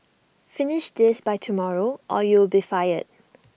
finish this by tomorrow or you will be fired